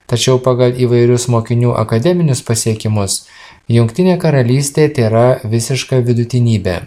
tačiau pagal įvairius mokinių akademinius pasiekimus jungtinė karalystė tėra visiška vidutinybė